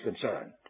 concerned